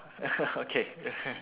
okay